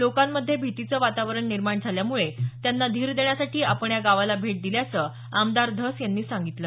लोकांमध्ये भितीचे वातावरण निर्माण झाल्यामुळे त्यांना धीर देण्यासाठी आपण या गावाला भेट दिल्याचं आमदा धस यांनी सांगितलं